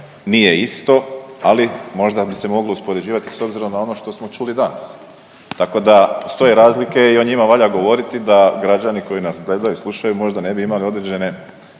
nije isto, ali možda bi se moglo uspoređivati s obzirom na ono što smo čuli danas, tako da postoje razlike i o njima valja govoriti da građani koji nas gledaju i slušaju možda ne bi imali određene